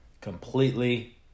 completely